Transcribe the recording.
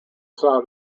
saw